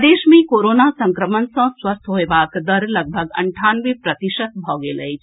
प्रदेश मे कोरोना संक्रमण सँ स्वस्थ होयबाक दर लगभग अंठानवे प्रतिशत भऽ गेल अछि